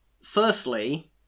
Firstly